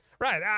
Right